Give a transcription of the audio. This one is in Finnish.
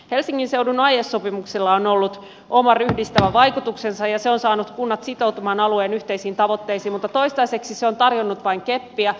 helsingin seudun aiesopimuksella on ollut oma ryhdistävä vaikutuksensa ja se on saanut kunnat sitoutumaan alueen yhteisiin tavoitteisiin mutta toistaiseksi se on tarjonnut vain keppiä